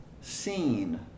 seen